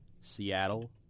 Seattle